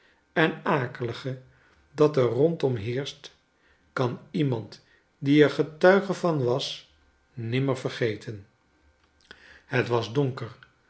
en akelige dat er rondom heerscht kan iemand die er getuige van was nimmer vergeten het was donker